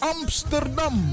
Amsterdam